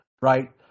right